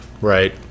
right